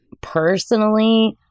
personally